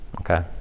Okay